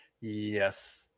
Yes